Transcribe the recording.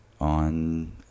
on